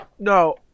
No